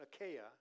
Achaia